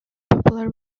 popular